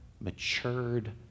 matured